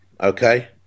okay